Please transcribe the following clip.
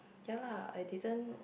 ya lah I didn't